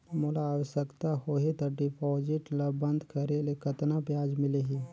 मोला आवश्यकता होही त डिपॉजिट ल बंद करे ले कतना ब्याज मिलही?